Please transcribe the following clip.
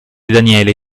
daniele